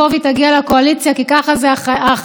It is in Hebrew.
כי החיים הם גלגל,